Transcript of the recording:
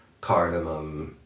cardamom